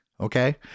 Okay